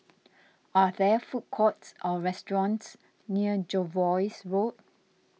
are there food courts or restaurants near Jervois Road